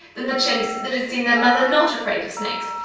than the chimps that had seen their mother not afraid of snakes.